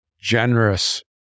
generous